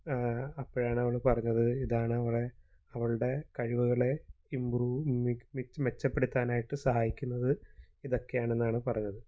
അപ്പോഴാണ് അവൾ പറഞ്ഞത് ഇതാണ് അവളെ അവളുടെ കഴിവുകളെ ഇംപ്രൂവ് മെച്ചപ്പെടുത്താനായിട്ട് സഹായിക്കുന്നത് ഇതൊക്കെയാണെന്നാണ് പറഞ്ഞത്